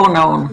אורנה, אורנה.